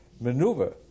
maneuver